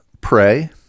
Pray